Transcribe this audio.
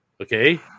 Okay